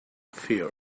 fear